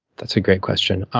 that's a great question.